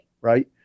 right